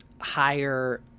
higher